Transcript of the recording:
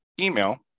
email